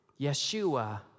Yeshua